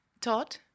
Todd